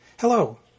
Hello